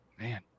man